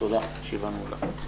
הישיבה נעולה.